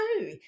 no